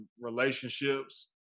relationships